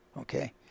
Okay